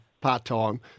part-time